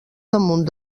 damunt